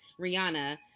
Rihanna